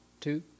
two